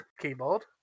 keyboard